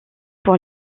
pour